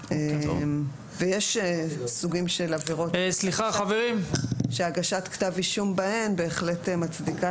יש סוגים של עבירות שהגשת כתב אישום בהן בהחלט מצדיקה